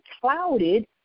clouded